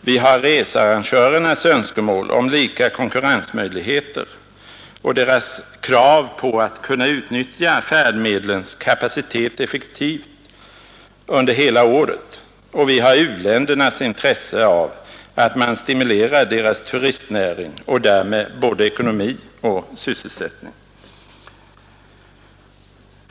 vi har researrangörernas önskemål om lika konkurrensmöjligheter och deras krav på att kunna utnyttja färdmedlens kapacitet effektivt under hela året och vi har u-ländernas intresse av att man stimulerar deras turistnäring och därmed ekonomi och sysselsättning.